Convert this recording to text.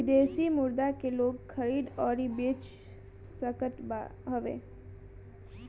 विदेशी मुद्रा के लोग खरीद अउरी बेच सकत हवे